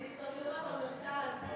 התחרות במרכז קשה.